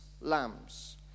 lambs